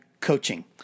coaching